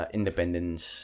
Independence